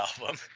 album